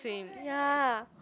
swim ya